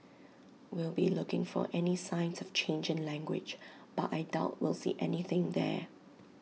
we'll be looking for any signs of change in language but I doubt will see anything there